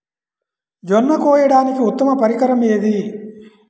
జొన్న కోయడానికి ఉత్తమ పరికరం ఏది?